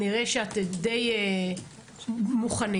שאתם די מוכנים.